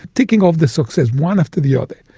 ticking off the success one after the other.